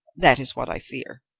that is what i fear.